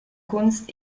kunst